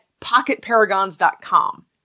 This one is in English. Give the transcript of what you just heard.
pocketparagons.com